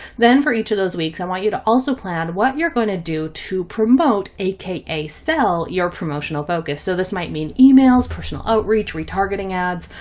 then for each of those weeks, i want you to also plan what you're going to do to promote aka sell your promotional focus. so this might mean emails, personal outreach, retargeting ads.